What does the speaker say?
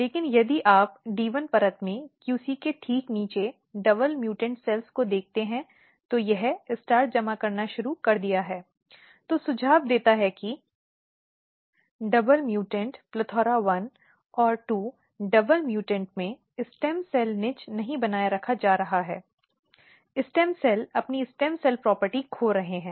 लेकिन यदि आप D 1 परत में QC के ठीक नीचे डबल म्यूटॅन्ट सेल्स को देखते हैं तो यह स्टार्च जमा करना शुरू कर दिया है जो सुझाव देता है कि डबल म्यूटॅन्ट plethora1 और 2 डबल म्यूटेंट में स्टेम सेल निच नहीं बनाए रखा जा रहा है स्टेम सेल अपनी स्टेम सेल प्रॉपर्टी खो रहे हैं